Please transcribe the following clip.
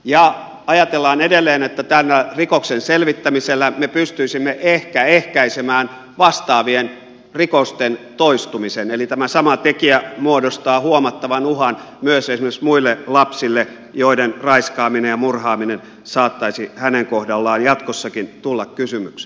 ja ajatellaan edelleen että tällä rikoksen selvittämisellä me pystyisimme ehkä ehkäisemään vastaavien rikosten toistumisen eli tämä sama tekijä muodostaa huomattavan uhan myös esimerkiksi muille lapsille joiden raiskaaminen ja murhaaminen saattaisi hänen kohdallaan jatkossakin tulla kysymykseen